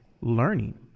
learning